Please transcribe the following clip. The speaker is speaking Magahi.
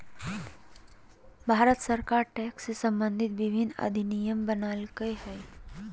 भारत सरकार टैक्स से सम्बंधित विभिन्न अधिनियम बनयलकय हइ